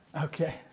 Okay